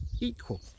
equal